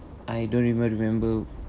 I don't even remember